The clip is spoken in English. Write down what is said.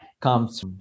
comes